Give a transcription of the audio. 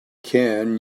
can